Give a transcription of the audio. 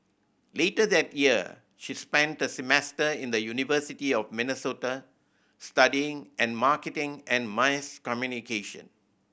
later that year she spent a semester in the University of Minnesota studying and marketing and mass communication